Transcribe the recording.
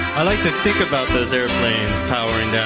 i like to think about those airplanes powering yeah